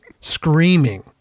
screaming